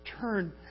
turn